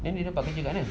dia ni dapat kerja mana